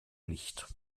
nicht